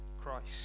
Christ